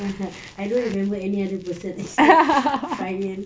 I don't remember any other person except ryan